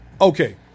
Okay